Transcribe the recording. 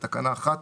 בתקנה 1,